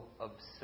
obsessed